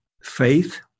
faith